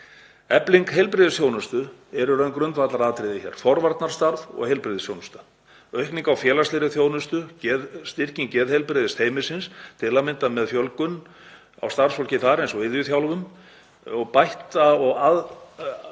Efling heilbrigðisþjónustu er í raun grundvallaratriði, forvarnastarf og heilbrigðisþjónusta, aukning á félagslegri þjónustu, styrking geðheilbrigðisteymisins, til að mynda með fjölgun á starfsfólki þar eins og iðjuþjálfum, og bætt aðgengi